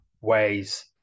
ways